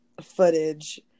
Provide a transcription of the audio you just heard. footage